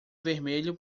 vermelho